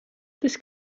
this